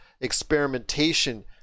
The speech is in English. experimentation